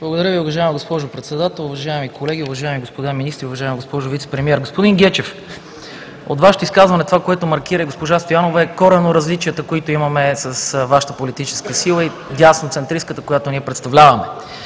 Благодаря Ви, уважаема госпожо Председател. Уважаеми колеги, уважаеми господа министри, уважаема госпожо Вицепремиер! Господин Гечев, Вашето изказване и това, което маркира госпожа Стоянова, са коренните различия, които имаме с Вашата политическа сила и десноцентристката, която ние представляваме.